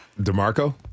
DeMarco